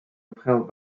upheld